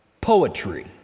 poetry